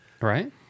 Right